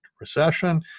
recession